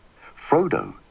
Frodo